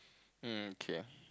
hm K